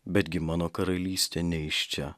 betgi mano karalystė ne iš čia